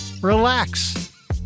relax